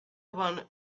one